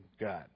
God